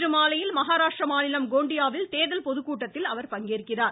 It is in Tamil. இன்று மாலையில் மகாராஷ்டிரா மாநிலம் கோண்டியாவில் தேர்தல் பொதுக் கூட்டத்தில் அவர் பங்கேற்கிறார்